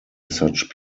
such